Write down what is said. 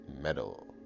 Metal